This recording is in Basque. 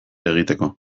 egiteko